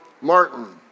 Martin